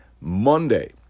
Monday